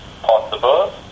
possible